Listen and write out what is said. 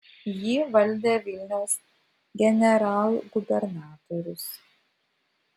jį valdė vilniaus generalgubernatorius